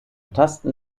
tasten